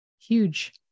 Huge